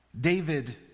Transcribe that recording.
David